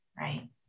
right